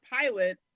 pilot